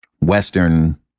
western